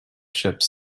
ships